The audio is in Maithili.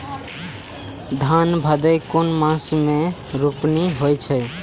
धान भदेय कुन मास में रोपनी होय छै?